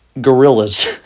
gorillas